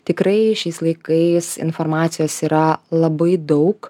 tikrai šiais laikais informacijos yra labai daug